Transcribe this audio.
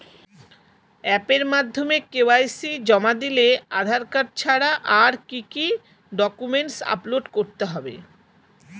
অ্যাপের মাধ্যমে কে.ওয়াই.সি জমা দিলে আধার কার্ড ছাড়া আর কি কি ডকুমেন্টস আপলোড করতে হবে?